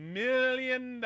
million